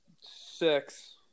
Six